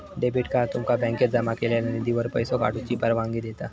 debit card तुमका बँकेत जमा केलेल्यो निधीवर पैसो काढूची परवानगी देता